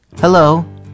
Hello